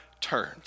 turned